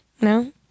No